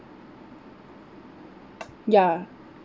ya